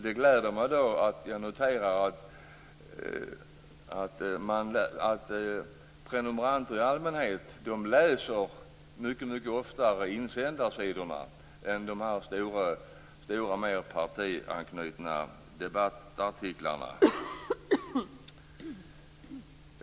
Det gläder mig att prenumeranter i allmänhet läser mycket oftare insändarsidorna än de stora mer partianknutna debattartiklarna.